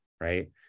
right